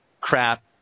crap